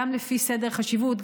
גם לפי סדר חשיבות,